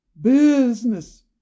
business